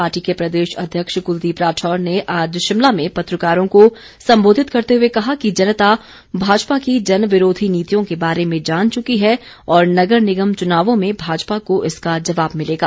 party के प्रदेश अध्यक्ष कलदीप राठौर ने आज शिमला में पत्रकारों को संबोधित करते हुए कहा कि जनता भाजपा की जनविरोधी नीतियों के बारे में जान चुकी है और नगर निगम चुनावों में भाजपा को इसका जवाब मिलेगा